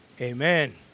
Amen